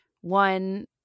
One